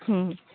হুম